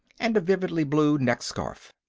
and a vividly blue neck-scarf.